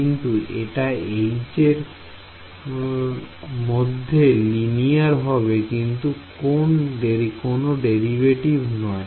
কিন্তু এটা H এরমধ্যে লিনিয়ার হবে কিন্তু কোন ডেরিভেটিভ নয়